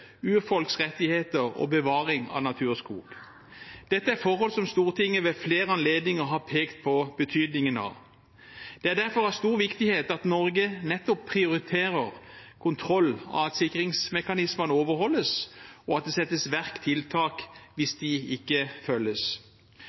urfolks rettigheter og bevaring av naturskog. Dette er forhold som Stortinget ved flere anledninger har pekt på betydningen av. Det er derfor av stor viktighet at Norge nettopp prioriterer kontroll av at sikringsmekanismene overholdes, og at det settes i verk tiltak hvis de ikke følges.